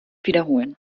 wiederholen